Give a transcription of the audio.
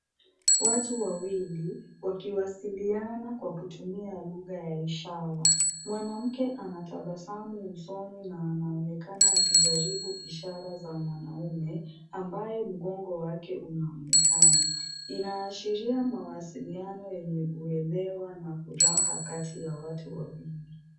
Watu wawili wakiwasiliana kutumia lugha ya ishara. Mwanamke anatabasamu usoni na anaonekana akijaribu ishara za mwanaume ambaye mgongo wake unaonekana. Inaashiria mawasiliano yenye uelewa na furaha kati ya watu wawili.